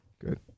Good